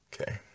Okay